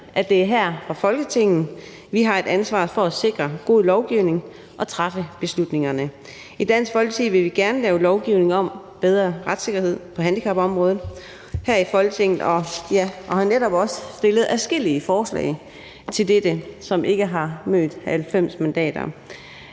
at det er her i Folketinget, vi har et ansvar for at sikre en god lovgivning og træffe beslutningerne. I Dansk Folkeparti vil vi gerne her i Folketinget lave lovgivning om en bedre retssikkerhed på handicapområdet, og vi har netop også stillet adskillige forslag til dette, som ikke har mødt opbakning